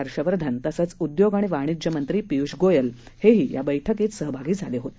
हर्षवर्धन तसंच उद्योग आणि वाणिज्य मंत्री पियूष गोयल हेही या बैठकीत सहभागी झाले होते